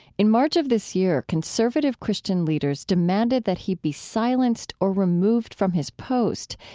in march of this year, conservative christian leaders demanded that he be silenced or removed from his post,